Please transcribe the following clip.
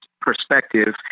perspective